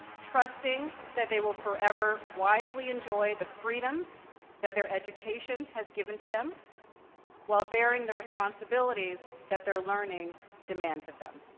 trusting that they will forever wisely enjoy the freedoms that their education has given to them while bearing the responsibilities that their learning demands of them.